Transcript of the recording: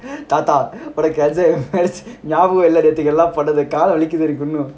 தாத்தாஉனக்குவந்துநியாபகம்இல்லநேத்துஎல்லாம்பண்ணதுகால்வலிக்குது:thattha unakku vandhu niyapagam illa nedhu ellam pannadhu kaal valikkudhu